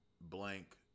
Blank